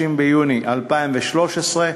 ביוני 2013,